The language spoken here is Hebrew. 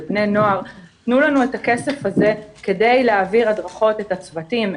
לבני נוער תנו לנו את הכסף הזה כדי להעביר הדרכות לצוותים.